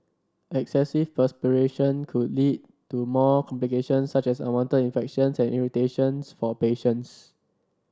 excessive perspiration could lead to more complications such as unwanted infections and irritations for patients